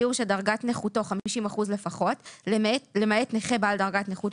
בנכה בגיל 65 ומעלה ואז זה לצמיתות.